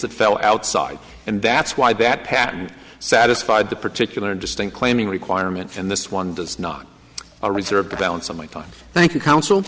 that fell outside and that's why that patent satisfied the particular interesting claiming requirement and this one does not a reserve the balance of my time thank you counsel